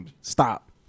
Stop